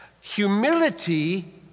Humility